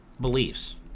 beliefs